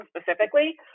specifically